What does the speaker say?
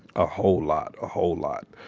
a whole lot. a whole lot.